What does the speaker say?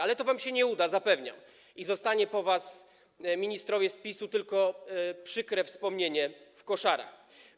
Ale to wam się nie uda, zapewniam, i zostanie po was, ministrowie z PiS-u, tylko przykre wspomnienie w koszarach.